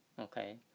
Okay